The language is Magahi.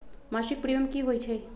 मासिक प्रीमियम की होई छई?